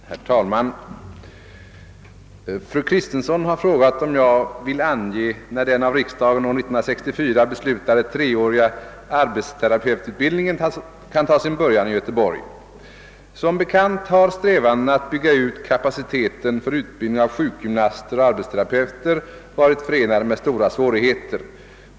Herr talman! Fru Kristensson har frågat om jag vill ange när den av riksdagen år 1964 beslutade treåriga arbetsterapeututbildningen kan ta sin början i Göteborg. Som bekant har strävandena att bygga ut kapaciteten för utbildning av sjukgymnaster och arbetsterapeuter varit förenade med stora svårigheter.